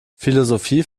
philosophie